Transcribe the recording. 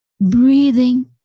breathing